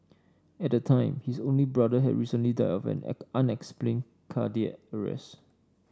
at the time his only brother had recently died of an unexplained cardiac arrest